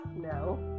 No